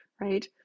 Right